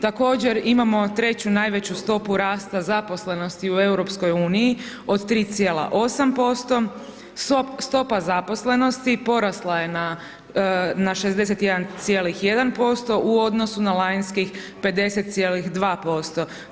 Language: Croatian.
Također imamo treću najveću stopu rasta zaposlenosti u EU od 3,8%, stopa zaposlenosti porasla je na 61,1% u odnosu na lanjskih 50,2%